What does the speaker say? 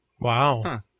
Wow